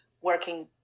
working